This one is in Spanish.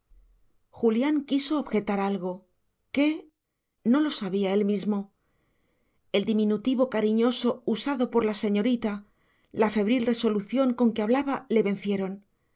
julián quiso objetar algo qué no lo sabía él mismo el diminutivo cariñoso usado por la señorita la febril resolución con que hablaba le vencieron